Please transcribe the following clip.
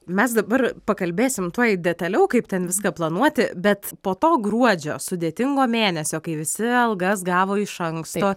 mes dabar pakalbėsim tuoj detaliau kaip ten viską planuoti bet po to gruodžio sudėtingo mėnesio kai visi algas gavo iš anksto